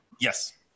Yes